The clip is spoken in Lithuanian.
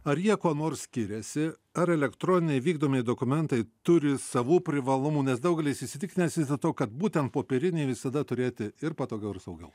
ar jie kuo nors skiriasi ar elektroniniai vykdomieji dokumentai turi savų privalumų nes daugelis įsitikinęs vis dėlto kad būtent popierinį visada turėti ir patogiau ir saugiau